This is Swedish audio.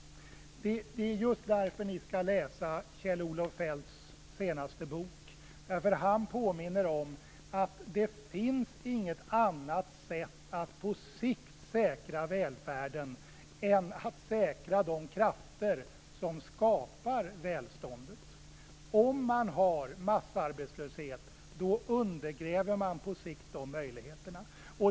Det är just därför ni skall läsa Kjell-Olof Feldts senaste bok. Han påminner om att det inte finns något annat sätt att på sikt säkra välfärden än att säkra de krafter som skapar välståndet. Om man har massarbetslöshet, undergräver man på sikt de möjligheterna.